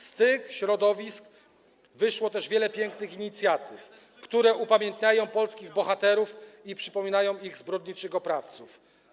Z tych środowisk wyszło też wiele pięknych inicjatyw, które upamiętniają polskich bohaterów i przypominają ich zbrodniczych oprawców.